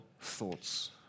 thoughts